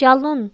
چلُن